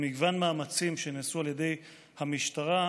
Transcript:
במגוון מאמצים שנעשו על ידי המשטרה,